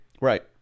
Right